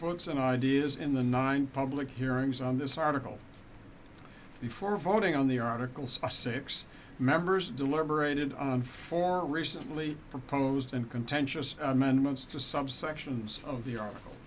ts and ideas in the nine public hearings on this article before voting on the articles six members deliberated on four recently proposed and contentious amendments to some sections of the article